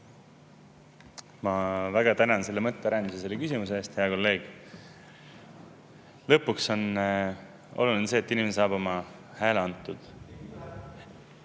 Ma väga tänan selle mõtterände ja selle küsimuse eest, hea kolleeg. Lõpuks on oluline see, et inimene saab oma hääle antud.